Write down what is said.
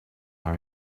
are